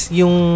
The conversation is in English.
yung